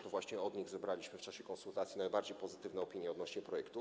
To właśnie od nich zebraliśmy w czasie konsultacji najbardziej pozytywne opinie odnośnie do projektu.